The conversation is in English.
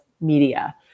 media